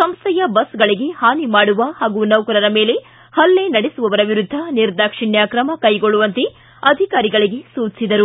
ಸಂಸ್ಥೆಯ ಬಸ್ಗಳಿಗೆ ಹಾನಿ ಮಾಡುವ ಹಾಗೂ ನೌಕರರ ಮೇಲೆ ಹಲ್ಲೆ ನಡೆಸುವವರ ವಿರುದ್ದ ನಿರ್ದಾಕ್ಷಿಣ್ಯ ಕ್ರಮ ಕೈಗೊಳ್ಳುವಂತೆ ಅಧಿಕಾರಿಗಳಿಗೆ ಸೂಚಿಸಿದರು